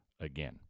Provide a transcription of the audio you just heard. again